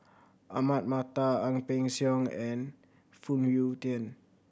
Ahmad Mattar Ang Peng Siong and Phoon Yew Tien